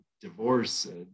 divorce